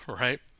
right